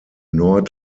nord